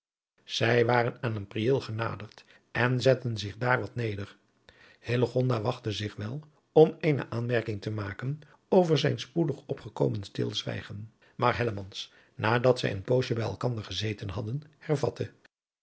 zij waren aan een prieel genaderd en zetten zich daar wat neder hillegonda wachtte zich wel om eene aanmerking te maken over zijn spoedig opgekomen stilzwijadriaan loosjes pzn het leven van hillegonda buisman gen maar hellemans nadat zij een poosje bij elkander gezeren hadden